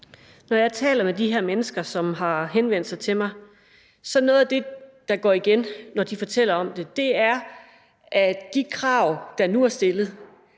Når jeg taler med de her mennesker, som har henvendt sig til mig, så er noget af det, der går igen, når de fortæller om det, at de krav, der nu er stillet,